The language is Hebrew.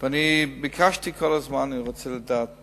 ואני ביקשתי כל הזמן, אני רוצה לדעת